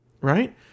right